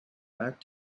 back